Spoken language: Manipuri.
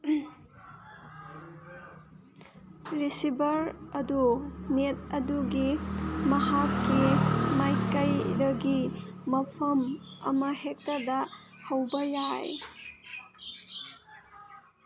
ꯔꯤꯁꯤꯚꯔ ꯑꯗꯣ ꯅꯦꯠ ꯑꯗꯨꯒꯤ ꯃꯍꯥꯛꯀꯤ ꯃꯥꯏꯀꯩꯗꯒꯤ ꯃꯐꯝ ꯑꯃ ꯍꯦꯛꯇꯗ ꯍꯧꯕ ꯌꯥꯏ